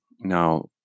Now